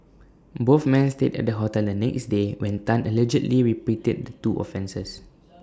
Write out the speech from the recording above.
both men stayed at the hotel the next day when Tan allegedly repeated the two offences